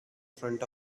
front